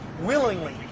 willingly